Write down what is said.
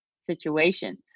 situations